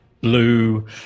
blue